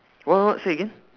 what what say again